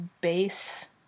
base